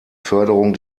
förderung